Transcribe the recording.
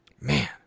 Man